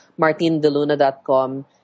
martindeluna.com